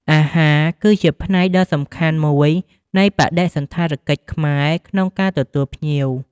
អាហារ គឺជាផ្នែកដ៏សំខាន់មួយនៃបដិសណ្ឋារកិច្ចខ្មែរ ក្នុងការទទួលភ្ញៀវ។